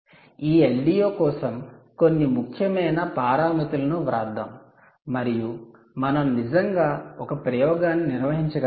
ఈ LDO కోసం కొన్ని ముఖ్యమైన పారామితులను వ్రాద్దాం మరియు మనం నిజంగా ఒక ప్రయోగాన్ని నిర్వహించగలమా